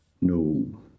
No